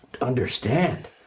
understand